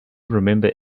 remember